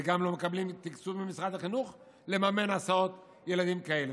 וגם לא מקבלים תקציב ממשרד החינוך לממן הסעות לילדים כאלה,